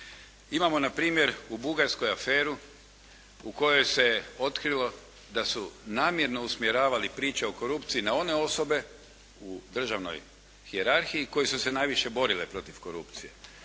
Imamo npr. u Bugarskoj aferu u kojoj se otkrilo da su namjerno usmjeravali priče o korupciji na one osobe u državnoj hijerarhiji koje su se najviše borile protiv korupcije.